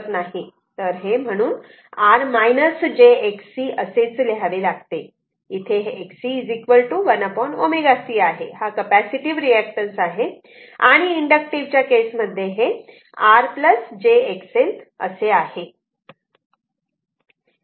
तर हे R j Xc असेच लिहावे लागेल इथे Xc 1 ω c आहे हा कॅपॅसिटीव्ह रिअॅक्टॅन्स आहे आणि इंडक्टिव्ह च्या केस मध्ये हे R j XL असे आहे